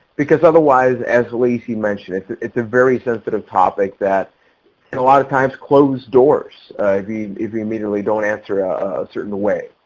because otherwise, as lacy mentioned, it it's a very sensitive topic, that, in a lot of times close doors i mean if you immediately don't answer a certain way.